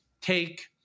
take